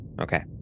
Okay